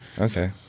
Okay